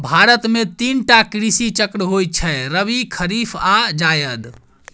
भारत मे तीन टा कृषि चक्र होइ छै रबी, खरीफ आ जाएद